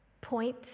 point